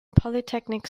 polytechnic